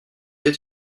êtes